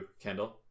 Kendall